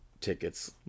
tickets